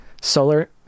solar